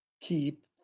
Keep